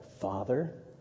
Father